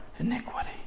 Iniquity